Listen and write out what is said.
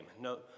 no